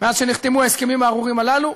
מאז שנחתמו ההסכמים הארורים הללו,